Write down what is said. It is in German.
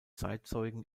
zeitzeugen